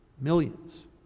millions